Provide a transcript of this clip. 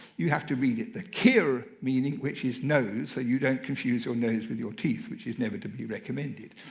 you have to read it the kir meaning, which is nose, so you don't confuse your nose with your teeth, which is never to be recommended.